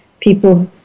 people